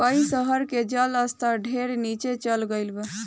कई शहर के जल स्तर ढेरे नीचे चल गईल बा